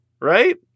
Right